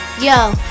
yo